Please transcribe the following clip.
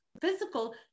physical